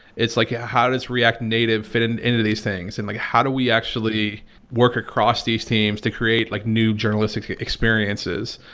it's like ah how does react native fit and into these things? and like, how do we actually work across these teams to create like new journalistic experiences?